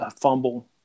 fumble